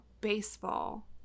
baseball